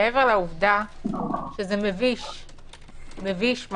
מעבר לעובדה שזה מביש ממש,